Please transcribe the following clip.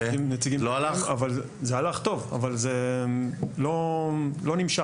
זה הלך טוב, אבל זה לא נמשך.